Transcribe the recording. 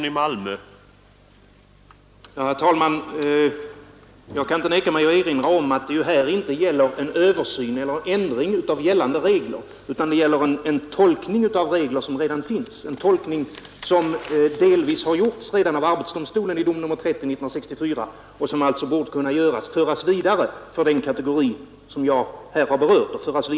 Herr talman! Jag kan inte underlåta att erinra om att det inte gäller en översyn eller en ändring av gällande regler utan att det gäller en tolkning av regler som redan finns, en tolkning som delvis redan har gjorts av arbetsdomstolen i dom nr 30 år 1964, och som alltså redan nu bör föras vidare för den kategori som jag här har berört.